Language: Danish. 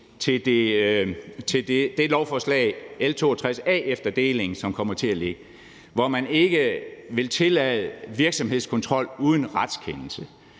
til det lovforslag, der hedder L 62 A efter delingen, hvor man ikke vil tillade virksomhedskontrol uden retskendelse.